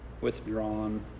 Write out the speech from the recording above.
withdrawn